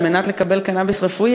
על מנת לקבל קנאביס רפואי,